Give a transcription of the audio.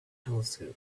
telescope